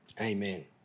Amen